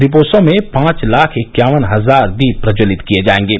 दीपोत्सव में पांच लाख इक्यावन हजार दीप प्रज्वलित किये जायेंगे